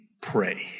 pray